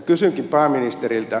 kysynkin pääministeriltä